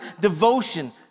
devotion